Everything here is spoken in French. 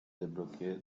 débloqué